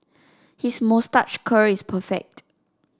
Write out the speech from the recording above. his moustache curl is perfect